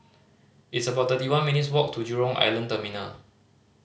it's about thirty one minutes' walk to Jurong Island Terminal